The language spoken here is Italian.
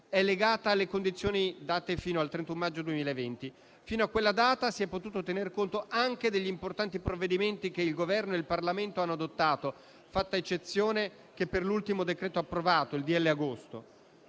è legata alle condizioni date fino al 31 maggio 2020; fino a quella data si è potuto tener conto anche degli importanti provvedimenti che il Governo e il Parlamento hanno adottato, fatta eccezione per l'ultimo decreto approvato, il decreto agosto.